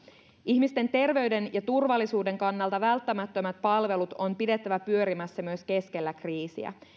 ihmisten terveyden ja turvallisuuden kannalta välttämättömät palvelut on pidettävä pyörimässä myös keskellä kriisiä